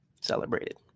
celebrated